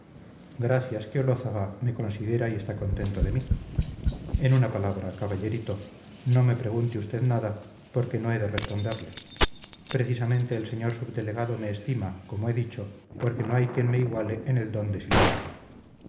gracias que olózaga me considera y está contento de mí en una palabra caballerito no me pregunte usted nada porque no he de responderle precisamente el señor subdelegado me estima como he dicho porque no hay quien me iguale en el don de silencio